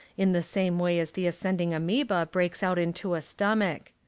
in the same way as the ascend ing amoeba breaks out into a stomach.